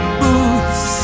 boots